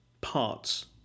parts